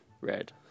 red